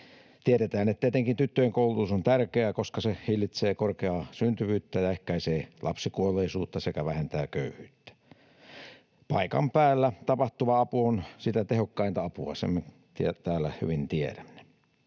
Tiedetään, että etenkin tyttöjen koulutus on tärkeää, koska se hillitsee korkeaa syntyvyyttä ja ehkäisee lapsikuolleisuutta sekä vähentää köyhyyttä. Paikan päällä tapahtuva apu on sitä tehokkainta apua — sen me täällä hyvin tiedämme.